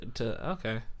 Okay